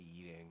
eating